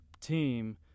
team